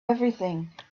everything